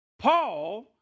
Paul